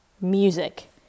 music